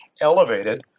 elevated